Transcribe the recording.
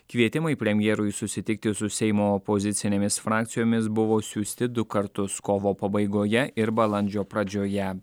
kvietimai premjerui susitikti su seimo opozicinėmis frakcijomis buvo siųsti du kartus kovo pabaigoje ir balandžio pradžioje